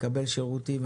לקבל שירותים,